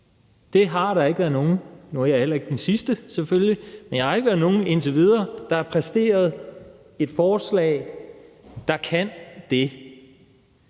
Nu er jeg selvfølgelig heller ikke den sidste på talerstolen, men der har ikke været nogen indtil videre, der har præsenteret et forslag, der kan det.